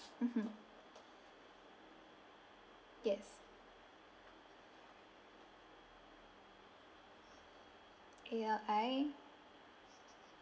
mmhmm yes A L I